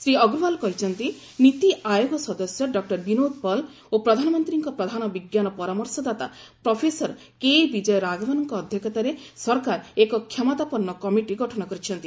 ଶ୍ରୀ ଅଗ୍ରୱାଲ କହିଛନ୍ତି ନୀତି ଆୟୋଗ ସଦସ୍ୟ ଡକ୍କର ବିନୋଦ ପଲ ଏବଂ ପ୍ରଧାନମନ୍ତ୍ରୀଙ୍କ ପ୍ରଧାନ ବିଜ୍ଞାନ ପରାମର୍ଶଦାତା ପ୍ରଫେସର କେ ବିଜୟ ରାଘବନଙ୍କ ଅଧ୍ୟକ୍ଷତାରେ ସରକାର ଏକ କ୍ଷମତାପନ୍ନ କମିଟି ଗଠନ କରିଛନ୍ତି